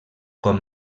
com